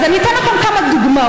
אז אני אתן לכם כמה דוגמאות.